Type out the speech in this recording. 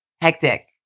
hectic